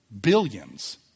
Billions